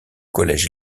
collège